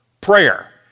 prayer